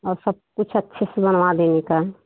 और सब कुछ अच्छे से बनवा देंगे काम